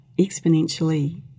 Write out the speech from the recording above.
exponentially